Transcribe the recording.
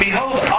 Behold